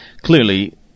clearly